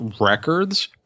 records